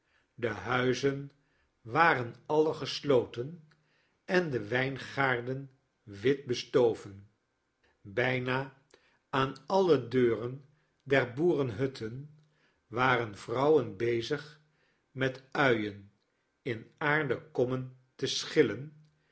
de huizen waren alle gesloten en de wijngaarden wit bestoven bijna aan alle deuren der boerenhutten waren vrouwen bezig met uien in aarden kommen te schillen